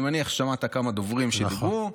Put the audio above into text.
אני מניח ששמעת כמה דוברים שדיברו.